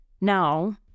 now